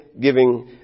giving